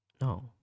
No